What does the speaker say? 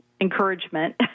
Encouragement